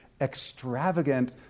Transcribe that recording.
extravagant